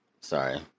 Sorry